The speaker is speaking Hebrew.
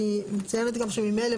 סליחה אדוני.